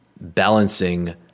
balancing